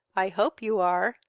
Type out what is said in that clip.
i hope you are,